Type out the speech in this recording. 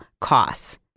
costs